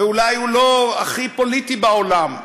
ואולי הוא לא הכי פוליטי בעולם,